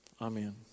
Amen